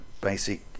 basic